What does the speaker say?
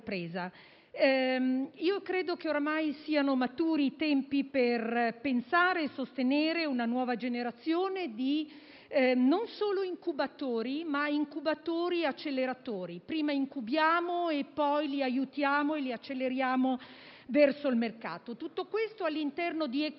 Credo che ormai siano maturi i tempi per pensare e sostenere una nuova generazione non solo di incubatori, ma di incubatori e acceleratori, con cui prima aiutiamo queste realtà e poi le acceleriamo verso il mercato. Tutto questo all'interno di ecosistemi, che